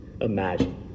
imagine